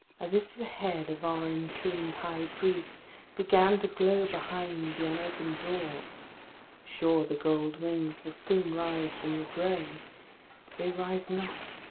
as if the head of our intombed high priest began to glow behind the unopened door sure the gold wings will soon rise from the gray they rise not.